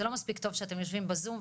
זה לא מספיק טוב שאתם יושבים בזום,